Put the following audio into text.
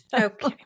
okay